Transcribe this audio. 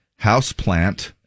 Houseplant